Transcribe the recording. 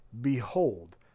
Behold